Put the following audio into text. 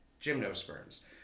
gymnosperms